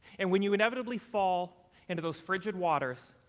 and when you inevitably fall into those frigid waters,